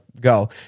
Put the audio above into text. go